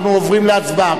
אנחנו עוברים להצבעה.